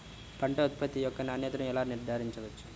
పంట ఉత్పత్తి యొక్క నాణ్యతను ఎలా నిర్ధారించవచ్చు?